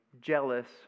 jealous